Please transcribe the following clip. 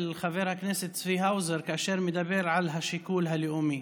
חבר הכנסת צבי האוזר כאשר הוא מדבר על השיקול הלאומי.